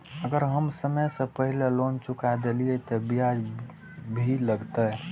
अगर हम समय से पहले लोन चुका देलीय ते ब्याज भी लगते?